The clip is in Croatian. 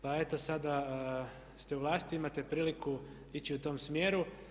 Pa eto sada ste u vlasti, imate priliku ići u tom smjeru.